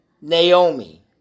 Naomi